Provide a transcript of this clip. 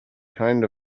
kind